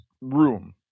room